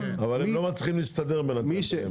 אבל הם לא מצליחים להסתדר בינתיים.